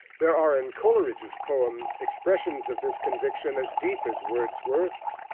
there are in coleridge's poems expressions of this conviction as deep as wordsworth's.